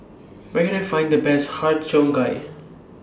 Where Can I Find The Best Har Cheong Gai